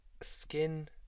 Skin